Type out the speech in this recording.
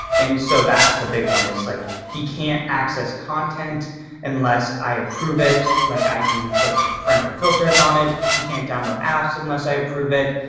and so that's the big one is like, he can't access content unless i approve it. like i can put parental filters on it. you can't download apps unless i approve it.